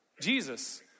Jesus